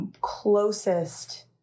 closest